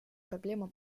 проблемам